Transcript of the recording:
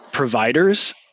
Providers